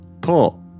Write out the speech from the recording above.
pull